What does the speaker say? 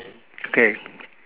okay